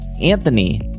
Anthony